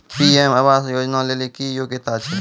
PM आवास योजना लेली की योग्यता छै?